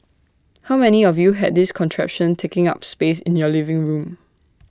how many of you had this contraption taking up space in your living room